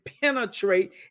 penetrate